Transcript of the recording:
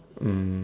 um